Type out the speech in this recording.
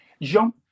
jean